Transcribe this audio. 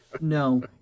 no